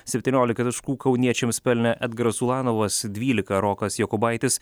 septyniolika taškų kauniečiams pelnė edgaras ulanovas dvylika rokas jokubaitis